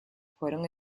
fueron